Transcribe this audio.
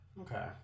Okay